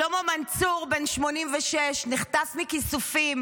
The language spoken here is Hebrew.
שלמה מנצור, בן 86, נחטף מכיסופים.